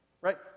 Right